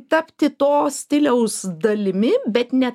tapti to stiliaus dalimi bet ne